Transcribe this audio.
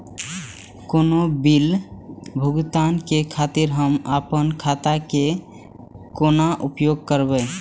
कोनो बील भुगतान के खातिर हम आपन खाता के कोना उपयोग करबै?